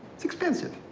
it's expensive.